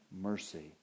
mercy